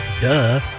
Duh